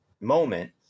moment